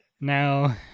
now